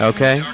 Okay